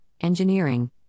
Engineering